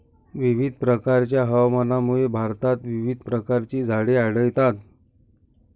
विविध प्रकारच्या हवामानामुळे भारतात विविध प्रकारची झाडे आढळतात